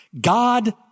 God